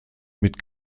mit